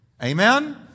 Amen